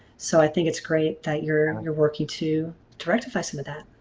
so i think it's great that you're you're working to to rectify some of that.